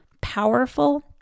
powerful